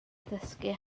ddysgu